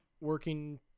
working